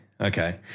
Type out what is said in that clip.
okay